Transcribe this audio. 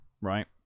right